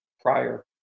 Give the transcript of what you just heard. prior